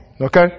okay